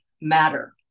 matter